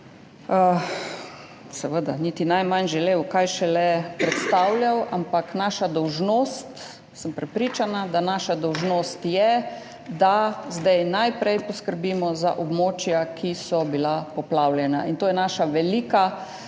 seveda ni niti najmanj želel, kaj šele predstavljal. Ampak naša dolžnost, prepričana sem, da je naša dolžnost, da zdaj najprej poskrbimo za območja, ki so bila poplavljena, in to je naša velika,